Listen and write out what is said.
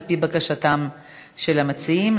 על-פי בקשתם של המציעים,